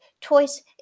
toys